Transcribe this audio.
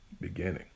beginning